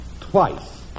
Twice